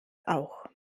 auch